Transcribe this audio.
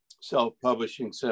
self-publishing